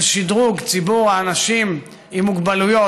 של שדרוג ציבור האנשים עם מוגבלויות,